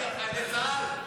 עליך הוא דיבר.